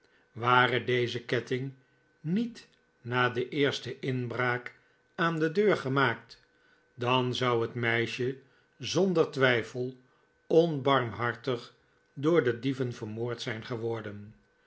ware deze ketting niet na de eerste inbraak aan de deur gemaakt dan zou het meisje zonder twijfel onbarmhartig door de dieven vermoord zijn geworden